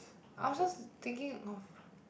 I was just thinking of